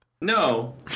No